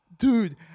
Dude